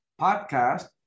podcast